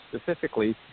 specifically